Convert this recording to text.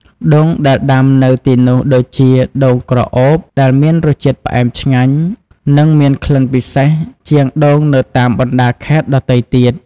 ដូងដែលដាំនៅទីនោះដូចជា ដូងក្រអូប ដែលមានរសជាតិផ្អែមឆ្ងាញ់ និងមានក្លិនពិសេសជាងដូងនៅតាមបណ្ដាខេត្តដទៃទៀត។